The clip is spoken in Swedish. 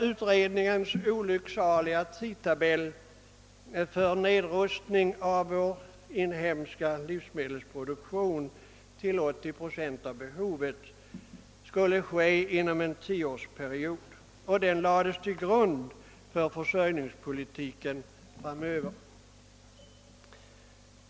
Utredningens olycksaliga tidtabell för nedrustning av vår inhemska livsmedelsproduktion till 80 procent av behovet inom en tioårsperiod lades till grund för försörjningspolitiken framöver.